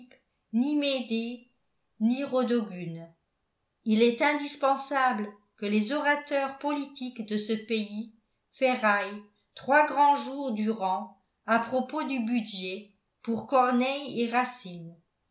médée ni rodogune il est indispensable que les orateurs politiques de ce pays ferraillent trois grands jours durant à propos du budget pour corneille et racine